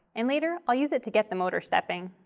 and later i'll use it to get the motor stepping.